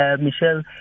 Michelle